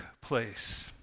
place